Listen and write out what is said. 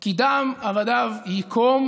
כי דם עבדיו יִקוֹם